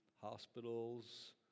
hospitals